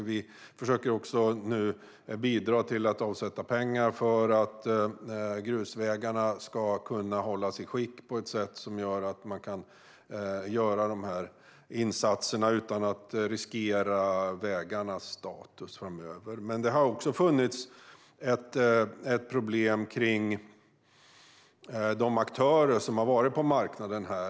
Vi försöker nu också att bidra till att avsätta pengar för att grusvägarna ska kunna hållas i ett skick som gör att man kan göra de här insatserna utan att riskera vägarnas status framöver. Det har dock även funnits ett problem kring de aktörer som har varit på marknaden här.